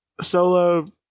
Solo